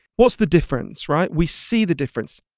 what's the difference, right? we see the difference